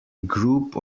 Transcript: group